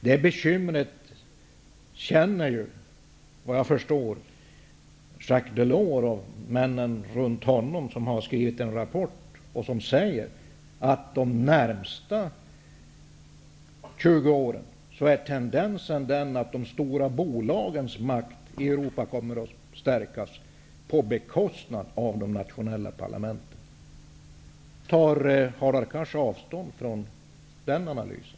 Det känner, såvitt jag förstår, Jacques Delors och männen runt honom som har skrivit en rapport och som där säger att tendensen de närmaste 20 åren är den att de stora bolagens makt i Europa kommer att stärkas på bekostnad av de nationella parlamenten. Tar Hadar Cars avstånd från den analysen?